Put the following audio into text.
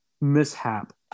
mishap